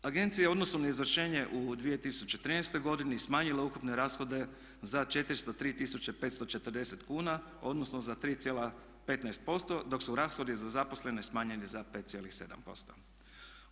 Agencija je u odnosu na izvršenje u 2013. godini smanjila ukupne rashode za 403 540 kuna odnosno za 3,15% dok su rashodi za zaposlene smanjeni za 5,7%